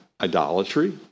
idolatry